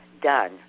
done